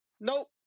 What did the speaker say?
Nope